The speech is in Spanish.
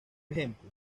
ejemplo